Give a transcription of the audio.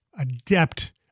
adept